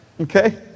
okay